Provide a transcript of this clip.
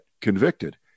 convicted